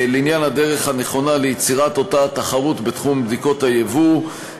לעניין הדרך הנכונה ליצירת אותה תחרות בתחום בדיקות היבוא,